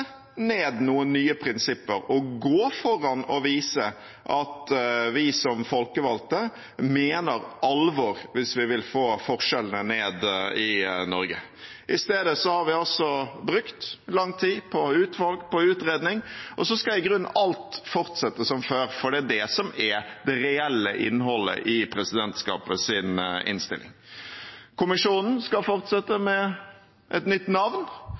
ned noen nye prinsipper og gå foran og vise at vi som folkevalgte mener alvor, hvis vi vil få forskjellene ned i Norge. I stedet har vi altså brukt lang tid på utvalg og utredning, og så skal i grunnen alt fortsette som før. Det er det som er det reelle innholdet i presidentskapets innstilling. Kommisjonen skal fortsette med et nytt navn,